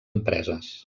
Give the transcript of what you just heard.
empreses